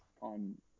on